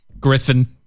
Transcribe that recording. Griffin